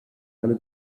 eine